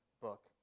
book